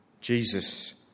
Jesus